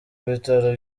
bitaro